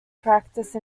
practice